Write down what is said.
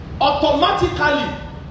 automatically